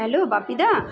hello বাপিদা